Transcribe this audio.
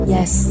Yes